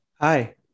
Hi